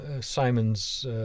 Simon's